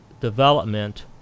development